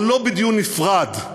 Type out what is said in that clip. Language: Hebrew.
אבל לא בדיון נפרד.